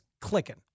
clicking